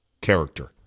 character